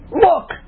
Look